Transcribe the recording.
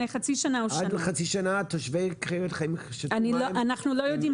עד לפני חצי שנה תושבי קריית חיים שתו מים --- אנחנו לא יודעים.